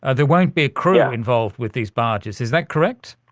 ah there won't be a crew involved with these barges. is that correct?